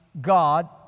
God